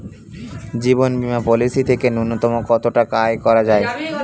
জীবন বীমা পলিসি থেকে ন্যূনতম কত টাকা আয় করা যায়?